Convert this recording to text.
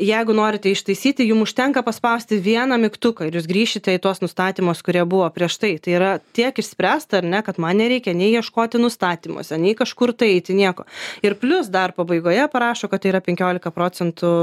jeigu norite ištaisyti jum užtenka paspausti vieną mygtuką ir jūs grįšite į tuos nustatymus kurie buvo prieš tai tai yra tiek išspręsta ar ne kad man nereikia nei ieškoti nustatymuose nei kažkur tai eiti nieko ir plius dar pabaigoje parašo kad tai yra penkiolika procentų